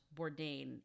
Bourdain